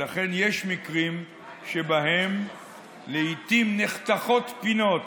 ולכן יש מקרים שבהם לעיתים נחתכות פינות